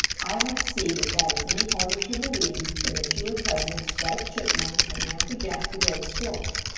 i don't see that that is any harder to believe than that you are cousin to striped chipmunk and nappy jack the gray squirrel.